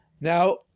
Now